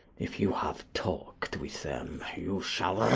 if you have talked with them, you shall